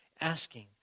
asking